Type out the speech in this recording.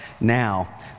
now